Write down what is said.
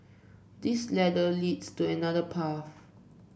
this ladder leads to another path